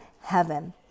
heaven